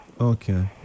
Okay